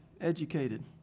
Educated